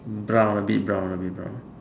brown a bit brown a bit brown